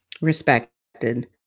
Respected